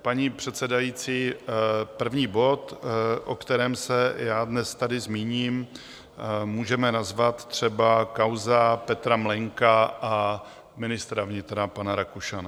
Paní předsedající, první bod, o kterém se já dnes tady zmíním, můžeme nazvat třeba Kauza Petra Mlejnka a ministra vnitra pana Rakušana.